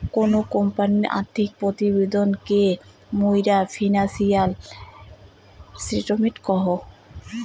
কোনো কোম্পানির আর্থিক প্রতিবেদন কে মুইরা ফিনান্সিয়াল স্টেটমেন্ট কহু